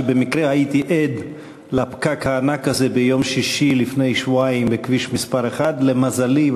שבמקרה הייתי עד לפקק הענק הזה ביום שישי לפני שבועיים בכביש 1. למזלי,